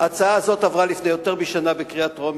ההצעה הזאת עברה לפני יותר משנה בקריאה טרומית,